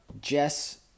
Jess